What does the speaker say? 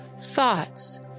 thoughts